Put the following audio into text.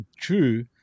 true